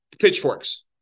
pitchforks